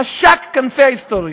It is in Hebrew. משק כנפי ההיסטוריה,